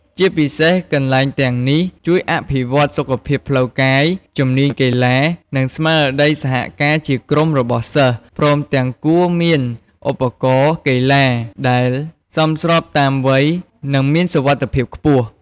ជាពិសេសកន្លែងទាំងនេះជួយអភិវឌ្ឍសុខភាពផ្លូវកាយ ជំនាញកីឡា និងស្មារតីសហការជាក្រុមរបស់សិស្ស ព្រមទាំងគួរមានឧបករណ៍កីឡាដែលសមស្របតាមវ័យ និងមានសុវត្ថិភាពខ្ពស់។